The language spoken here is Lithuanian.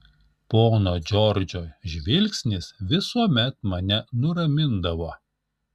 pono džordžo žvilgsnis visuomet mane nuramindavo